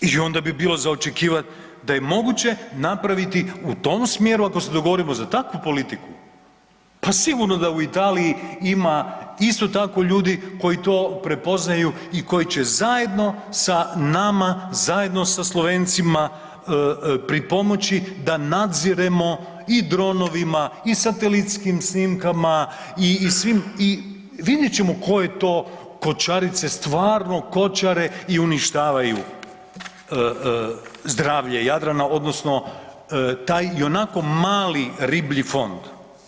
I onda bi bilo za očekivat da je moguće napraviti u tom smjeru ako se dogodimo za takvu politiku pa sigurno da u Italiji ima isto tako ljudi koji to prepoznaju i koji će zajedno sa nama, zajedno sa Slovencima pripomoći da nadziremo i dronovima i satelitskim snimkama i vidjet ćemo koje to kočarice stvarno kočare i uništavaju zdravlje Jadrana odnosno taj i onako mali riblji fond.